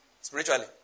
spiritually